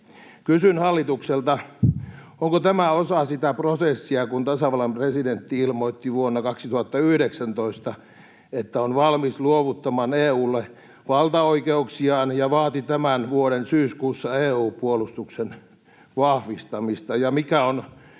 Kysyn hallitukselta: Onko tämä osa sitä prosessia, kun tasavallan presidentti ilmoitti vuonna 2019, että on valmis luovuttamaan EU:lle valtaoikeuksiaan, ja vaati tämän vuoden syyskuussa EU-puolustuksen vahvistamista? Ja mikä on